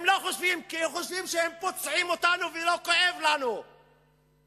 הם חושבים שהם פוצעים אותנו ולא כואב לנו וזורקים